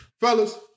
Fellas